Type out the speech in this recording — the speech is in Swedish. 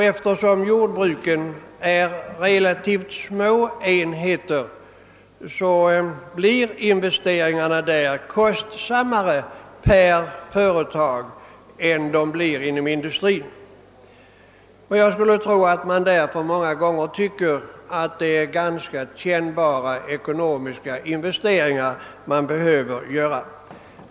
Eftersom jordbruken är relativt små enheter blir investeringarna där proportionsvis kostsammare än inom industrin. Jag skulle därför tro att jordbrukarna många gånger anser att de investeringar de behöver göra är ekonomiskt ganska kännbara.